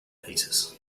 pieces